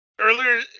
earlier